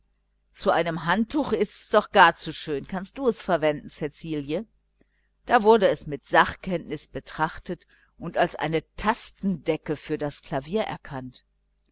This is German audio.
zu einem handtuch ist's doch gar zu schön kannst du es verwenden cäcilie da wurde es mit sachkenntnis betrachtet und als eine tastendecke für das klavier erkannt